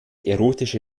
erotische